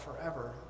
forever